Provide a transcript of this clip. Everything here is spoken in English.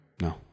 No